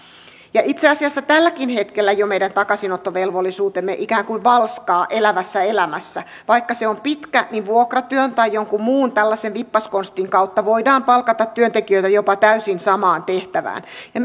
itse asiassa tälläkin hetkellä jo meidän takaisinottovelvollisuutemme ikään kuin falskaa elävässä elämässä vaikka se on pitkä niin vuokratyön tai jonkun muun tällaisen vippaskonstin kautta voidaan palkata työntekijöitä jopa täysin samaan tehtävään ja